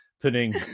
putting